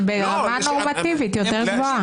הם ברמה נורמטיבית יותר גבוהה.